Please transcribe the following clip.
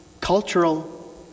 cultural